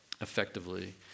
effectively